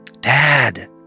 Dad